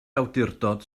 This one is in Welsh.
awdurdod